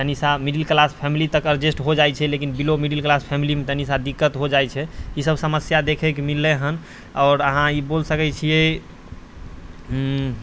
तनी सा middle class family तक अर्जेस्ट हो जाइ छै लेकिन बिलो मिडिल क्लास फैमिलीमे तनी सा दिक्कत हो जाइ छै ई सब समस्या देखै मिललै हँ आओर अहाँ ई बोलि सकै छिए